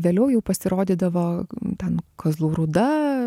vėliau jau pasirodydavo ten kazlų rūda